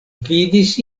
vidis